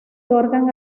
otorgan